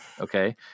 okay